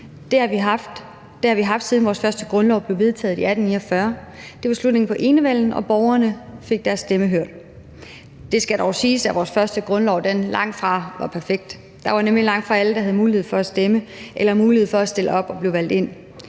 Det har vi haft, siden vores første grundlov blev vedtaget i 1849. Det var slutningen på enevælden, og borgerne fik deres stemme hørt. Det skal dog siges, at vores første grundlov langtfra var perfekt. Det var nemlig langtfra alle, der havde mulighed for at stemme eller mulighed for at stille op og blive valgt ind.